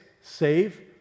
save